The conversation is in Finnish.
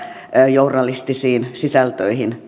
journalistisiin sisältöihin